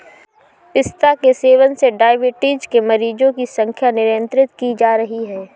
पिस्ता के सेवन से डाइबिटीज के मरीजों की संख्या नियंत्रित की जा रही है